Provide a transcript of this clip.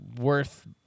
worth